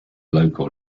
local